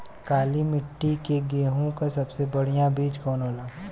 काली मिट्टी में गेहूँक सबसे बढ़िया बीज कवन होला?